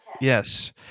yes